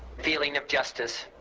feeling of justice